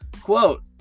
Quote